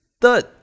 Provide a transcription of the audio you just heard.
third